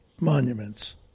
monuments